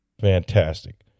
Fantastic